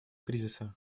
кризиса